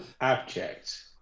abject